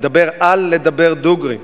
לדבר על לדבר דוגרי,